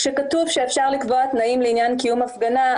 כתוב שאפשר לקבוע תנאים לעניין קיום הפגנה,